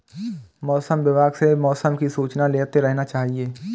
मौसम विभाग से मौसम की सूचना लेते रहना चाहिये?